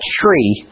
tree